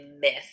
myth